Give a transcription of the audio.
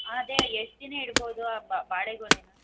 ಅದೇ ಎಷ್ಟು ದಿನ ಇಡ್ಬೋದು ಆ ಬಾಳೆಗೊನೇನ